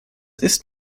ist